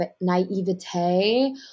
naivete